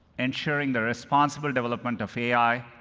ensuring the responsible development of ai,